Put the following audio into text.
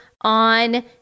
on